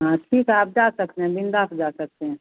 हाँ ठीक है आप जा सकते हैं बिंदास जा सकते हैं